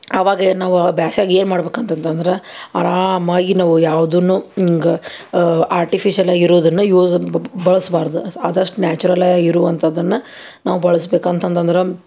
ಅವಾಗೆ ನಾವು ಬ್ಯಾಸಗೆ ಏನು ಮಾಡ್ಬೇಕು ಅಂತಂದು ಅಂದ್ರೆ ಆರಾಮಾಗಿ ನಾವು ಯಾವ್ದೂನು ಹಿಂಗ ಆರ್ಟಿಫಿಷಲಾಗಿ ಇರುದನ್ನು ಯೂಸ್ ಬಳಸ್ಬಾರ್ದು ಅದಷ್ಟು ನ್ಯಾಚುರಲ್ಲ ಇರುವಂಥದನ್ನು ನಾವು ಬಳ್ಸ್ಬೇಕು ಅಂತಂದು ಅಂದ್ರೆ